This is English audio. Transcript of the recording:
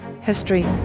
history